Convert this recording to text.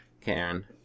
Karen